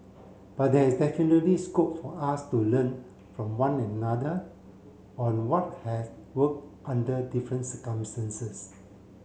but there is definitely scope for us to learn from one another on what has worked under different circumstances